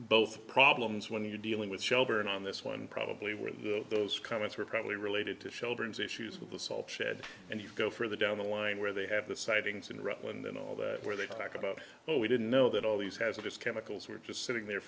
both problems when you're dealing with shelbourne on this one probably were those comments were probably related to children's issues with the salt shed and you go further down the line where they have the sightings and right when then all that where they talk about oh we didn't know that all these hazardous chemicals were just sitting there